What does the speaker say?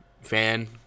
fan